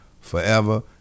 forever